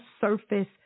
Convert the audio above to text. surface